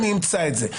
אני אמצא את זה.